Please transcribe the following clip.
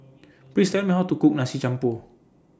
Please Tell Me How to Cook Nasi Campur